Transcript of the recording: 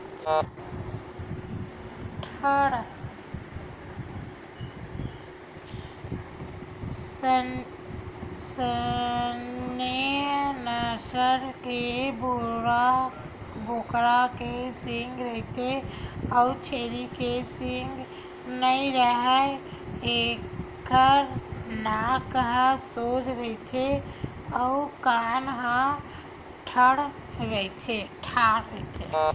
Saanen नसल के बोकरा के सींग रहिथे अउ छेरी के सींग नइ राहय, एखर नाक ह सोज होथे अउ कान ह ठाड़ रहिथे